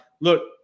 look